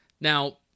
Now